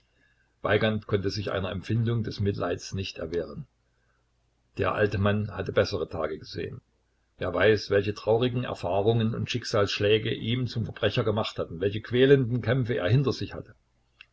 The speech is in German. weigand konnte sich einer empfindung des mitleids nicht erwehren der alte mann hatte bessere tage gesehen wer weiß welche traurigen erfahrungen und schicksalsschläge ihn zum verbrecher gemacht hatten welche quälenden kämpfe er hinter sich hatte